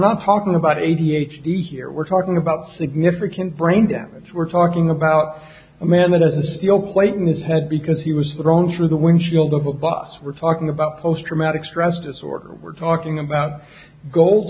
not talking about eighty h d here we're talking about significant brain damage we're talking about a man that has a steel plate and his head because he was thrown through the windshield of a bus we're talking about post traumatic stress disorder we're talking about gold